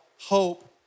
hope